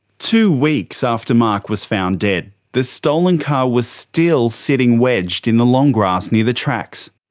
two weeks after mark was found dead the stolen car was still sitting wedged in the long grass near the tracks.